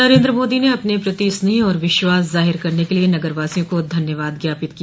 नरन्द्र मोदी ने अपने प्रति स्नेह और विश्वास जाहिर करने क लिये नगरवासियों को धन्यवाद ज्ञापित किया